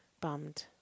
bummed